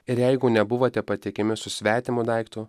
ir jeigu nebuvote patikiami su svetimu daiktu